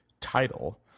title